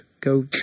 go